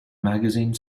magazine